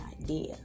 idea